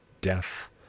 death